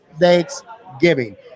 Thanksgiving